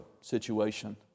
situation